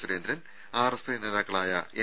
സുരേന്ദ്രൻ ആർഎസ്പി നേതാക്കളായ എൻ